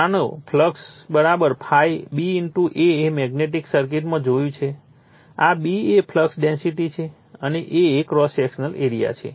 જાણો flux B A એ magnetic સર્કિટમાં જોયું છે આ B એ ફ્લક્સ ડેન્સિટી છે અને A એ ક્રોસ સેક્શનલ એરીઆ છે